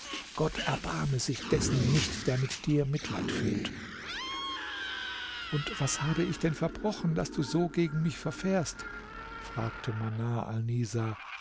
gott erbarme sich dessen nicht der mit dir mitleid fühlt und was habe ich denn verbrochen daß du so gegen mich verfährst fragte manar alnisa